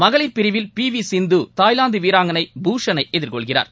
மகளிர் பிரிவில் பிவிசிந்து தாய்லாந்துவீராங்கனை பூசனனைஎதிர்கொள்கிறார்